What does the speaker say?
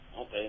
Okay